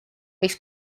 võiks